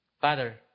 Father